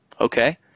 Okay